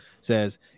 Says